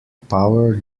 power